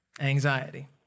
anxiety